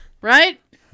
Right